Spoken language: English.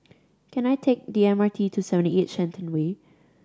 can I take the M R T to seven eight Shenton Way